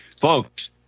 folks